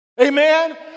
Amen